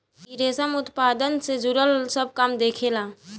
इ रेशम उत्पादन से जुड़ल सब काम देखेला